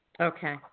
Okay